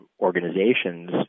organizations